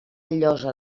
llosa